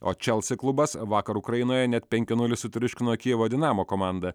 o chelsea klubas vakar ukrainoje net penki nulis sutriuškino kijevo dinamo komandą